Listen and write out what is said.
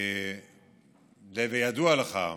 ידוע לך,